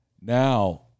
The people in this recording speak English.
Now